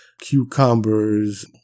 cucumbers